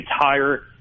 entire